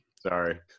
Sorry